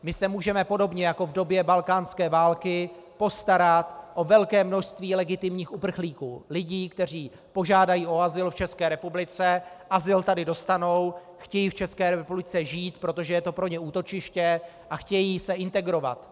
My se můžeme podobně jako v době balkánské války postarat o velké množství legitimních uprchlíků, lidí, kteří požádají o azyl v České republice, azyl tady dostanou, chtějí v České republice žít, protože je to pro ně útočiště, a chtějí se integrovat.